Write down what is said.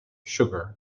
sugar